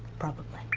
probably.